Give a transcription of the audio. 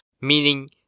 meaning